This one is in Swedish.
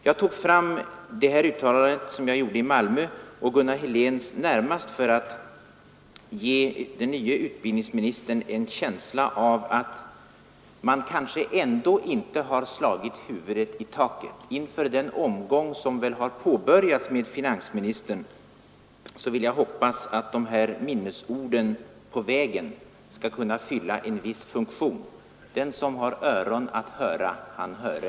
Jag tog upp det uttalande som jag gjorde i Malmö och Gunnar Heléns yttrande häromdagen närmast för att antyda för den nye utbildningsministern att man kanske ändå inte har slagit huvudet i taket. Inför den omgång som nu har påbörjats med finansministern hoppas jag att dessa minnesord på vägen skall kunna fylla en viss funktion. Den som har öron till att höra, han höre.